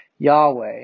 Yahweh